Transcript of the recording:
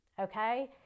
okay